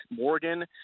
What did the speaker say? Morgan